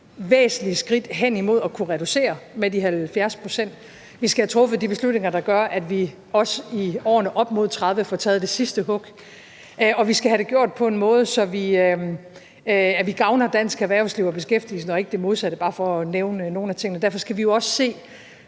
væsentlige skridt hen imod at kunne reducere med de 70 pct. Vi skal have truffet de beslutninger, der gør, at vi også i årene op mod 2030 får taget det sidste hug, og vi skal have gjort det på en måde, så vi gavner dansk erhvervsliv og beskæftigelsen og ikke det modsatte. Det er bare for at nævne nogle af tingene. Derfor skal vi jo også se